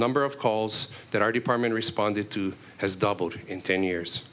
number of calls that our department responded to has doubled in ten years